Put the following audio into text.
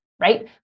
right